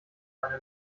eine